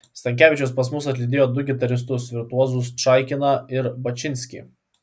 stankevičius pas mus atlydėjo du gitaristus virtuozus čaikiną ir bačinskį